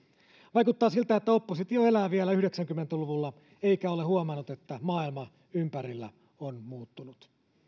vaikuttaa siltä että oppositio elää vielä yhdeksänkymmentä luvulla eikä ole huomannut että maailma ympärillä on muuttunut